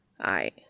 I